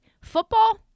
Football